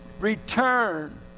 return